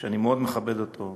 שאני מאוד מכבד אותו,